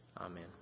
Amen